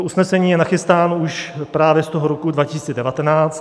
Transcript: Usnesení je nachystáno už právě z toho roku 2019.